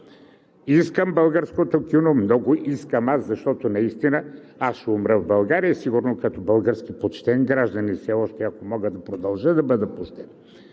Искам българското кино, аз много искам, защото наистина ще умра в България сигурно като български почтен гражданин все още, ако мога да продължа да бъда почтен,